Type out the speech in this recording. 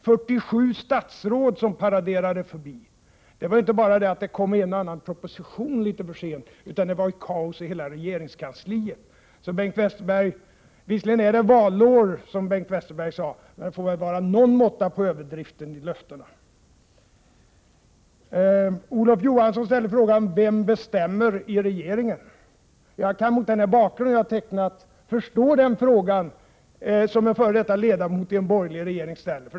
47 statsråd paraderade förbi. Det kom inte bara en och annan proposition litet för sent, utan det var kaos i hela regeringskansliet. Visserligen är det valår, som Bengt Westerberg sade, men det får vara någon måtta på överdrifterna i löftena. Olof Johansson frågade vem som bestämde i regeringen. Mot den bakgrund som jag här har tecknat kan jag förstå den frågan från en f.d. borgerlig regeringsledamot.